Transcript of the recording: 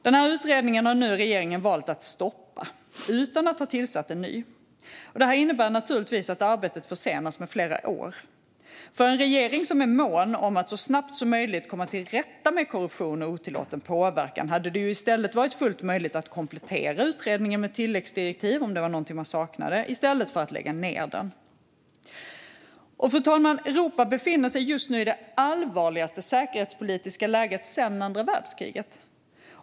Den utredningen har regeringen nu valt att stoppa utan att ha tillsatt en ny. Det innebär naturligtvis att arbetet försenas med flera år. För en regering som är mån om att så snabbt som möjligt komma till rätta med korruption och otillåten påverkan hade det i stället varit fullt möjligt att komplettera utredningen med tilläggsdirektiv om det var någonting man saknade i stället för att lägga ned den. Fru talman! Europa befinner sig just nu i det allvarligaste säkerhetspolitiska läget sedan andra världskriget.